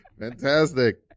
fantastic